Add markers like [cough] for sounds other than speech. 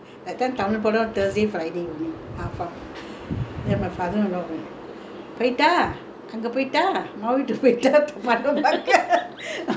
போய்டா அங்க போய்டா மவ வீட்டுக்கு போய்டா போ பாக்க:poitaa angga poitaa mava veetuku poitaa pado pakka [laughs] மாமா கத்திக்கிட்டே இருப்பாரு இங்க சாப்டோமா படுத்தோமா இல்ல படம் பாக்க:mama kathikitta irupaaru ingga saaptomaa paduthomaa illa padam pakka